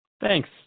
Thanks